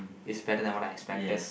it's better than what I expected